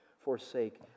forsake